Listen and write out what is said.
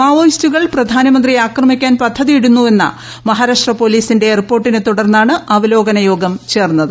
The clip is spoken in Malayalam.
മാവോയിസ്റ്റുകൾ പ്രധാനമന്ത്രിയെ ആക്രമിക്കാൻ പദ്ധതിയിടുന്നുവെന്ന മഹാരാഷ്ട്ര പോലീസിന്റെ റിപ്പോർട്ടിനെ തുടർന്നാണ് അവലോകനയോഗം ചേർന്നത്